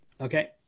Okay